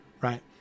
right